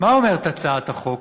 מה אומרת הצעת החוק?